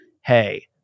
Hey